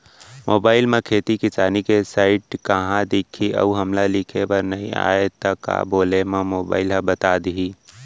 Mobile म खेती किसानी के साइट कहाँ दिखही अऊ हमला लिखेबर नई आय त का बोले म मोबाइल ह बता दिही?